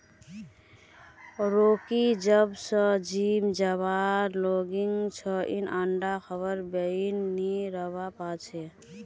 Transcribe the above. Rocky जब स gym जाबा लागिल छ वइ अंडा खबार बिनइ नी रहबा पा छै